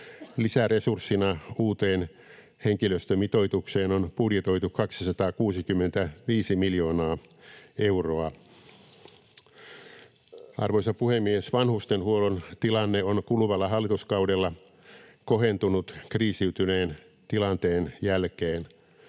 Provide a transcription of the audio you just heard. Lisäresurssina uuteen henkilöstömitoitukseen on budjetoitu 265 miljoonaa euroa. Arvoisa puhemies! Vanhustenhuollon tilanne on kuluvalla hallituskaudella kohentunut kriisiytyneen tilanteen jälkeen.